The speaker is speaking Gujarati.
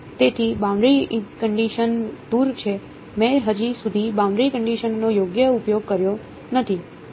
તેથી બાઉન્ડરી કંડિશન દૂર છે મેં હજી સુધી બાઉન્ડરી કંડિશનનો યોગ્ય ઉપયોગ કર્યો નથી